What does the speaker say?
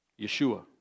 Yeshua